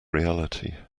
reality